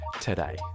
today